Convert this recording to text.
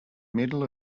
middle